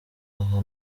aha